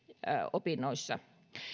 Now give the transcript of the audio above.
opinnoissa